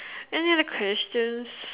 another question